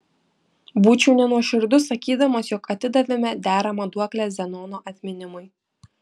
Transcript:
būčiau nenuoširdus sakydamas jog atidavėme deramą duoklę zenono atminimui